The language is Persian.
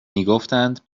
میگفتند